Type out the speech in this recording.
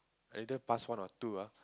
either past one or two ah